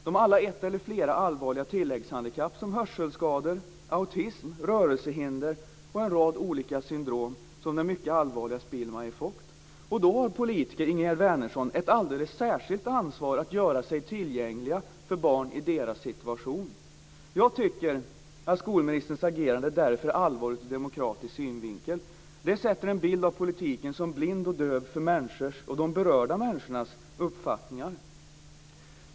De har alla ett eller flera allvarliga tilläggshandikapp, såsom hörselskador, autism, rörelsehinder eller en rad andra olika syndrom, t.ex. Spielmayer Focht. Då har politiker, Ingegerd Wärnersson, ett alldeles särskilt ansvar att göra sig tillgängliga för barnen i deras olika situationer. Jag tycker därför att skolministerns agerande ur demokratisk synvinkel är allvarligt. Det sätter en bild av politiken som blind och döv för berörda människors uppfattningar.